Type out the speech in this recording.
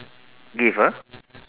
give ah